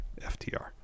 FTR